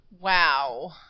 Wow